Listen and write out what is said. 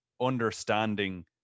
understanding